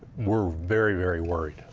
we're very, very worried.